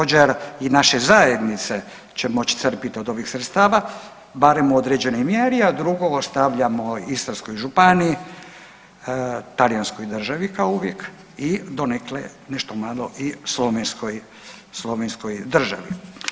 Također i naše zajednice će moći crpiti od ovih sredstava, barem u određenoj mjeri, a drugo ostavljamo Istarskoj županiji, Talijanskoj državi kao uvijek i donekle nešto malo slovenskoj, Slovenskoj državi.